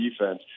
defense